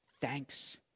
Thanks